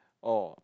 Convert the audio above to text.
oh